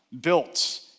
built